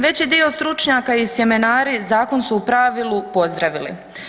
Veći dio stručnjaka i sjemenari zakon su u pravili pozdravili.